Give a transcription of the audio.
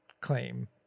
claim